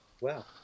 wow